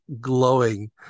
glowing